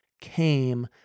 came